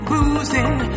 Boozing